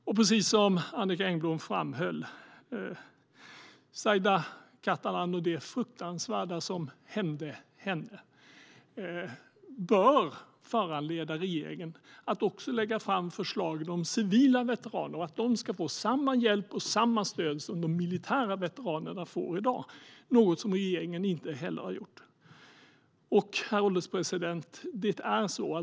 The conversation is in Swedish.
Och precis som Annicka Engblom framhöll: Zaida Catalán och det fruktansvärda som hände henne bör föranleda regeringen att lägga fram förslag om att också de civila veteranerna ska få samma hjälp och stöd som de militära veteranerna får i dag. Det har regeringen inte heller gjort. Herr ålderspresident!